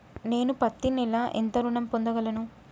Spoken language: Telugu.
నేను పత్తి నెల ఎంత ఋణం పొందగలను?